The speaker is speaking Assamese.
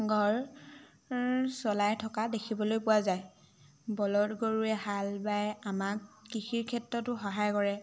ঘৰ চলাই থকা দেখিবলৈ পোৱা যায় বলদ গৰুৱে হাল বাই আমাক কৃষিৰ ক্ষেত্ৰতো সহায় কৰে